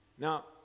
Now